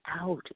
out